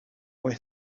boy